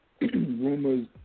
rumors